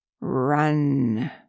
Run